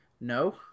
no